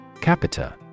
Capita